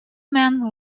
man